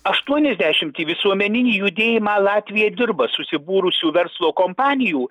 aštuoniasdešimčiai visuomeninį judėjimą latvija dirba susibūrusių verslo kompanijų